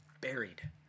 Buried